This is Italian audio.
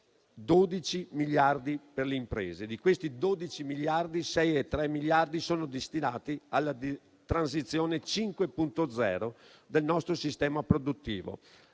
12 miliardi per le imprese: di questi 12 miliardi, 6,3 miliardi sono destinati alla Transizione 5.0 del nostro sistema produttivo.